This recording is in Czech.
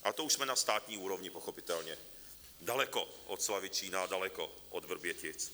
A to už jsme na státní úrovni, pochopitelně, daleko od Slavičína a daleko od Vrbětic.